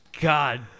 God